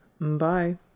Bye